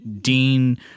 Dean